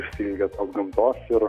išsiilgę gamtos ir